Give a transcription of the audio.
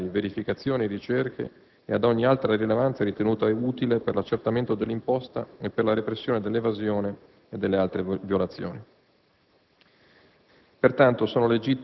per procedere ad ispezioni documentali, verificazioni e ricerche e ad ogni altra rilevazione ritenuta utile per l'accertamento dell'imposta e per la repressione dell'evasione e delle altre violazioni».